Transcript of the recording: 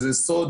וזה סוד,